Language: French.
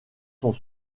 sont